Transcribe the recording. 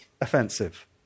offensive